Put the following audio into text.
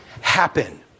happen